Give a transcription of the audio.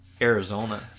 Arizona